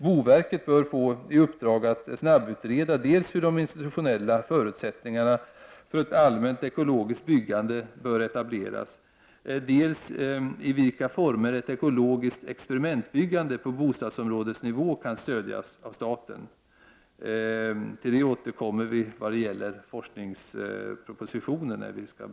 Boverket bör få i uppdrag att snabbutreda, dels hur de institutionella förutsättningarna för ett allmänt ekologiskt byggande bör etableras, dels i vilka former ett ekologiskt experimentbyggande på bostadsområdesnivå kan stödjas av staten. Till detta återkommer vi vid behandlingen av forskningspropositionen.